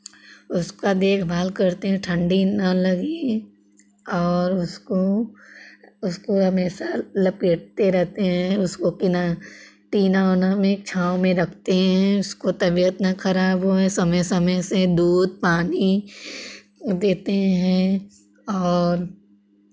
उसका देखभाल करते हैं ठंडी ना लगे और उसको उसको हमेशा लपेटते रहते हैं उसको कि ना टीना उना में छांव में रखते हैं उसको तबियत ना खराब होए समय समय से दूध पानी देते हैं और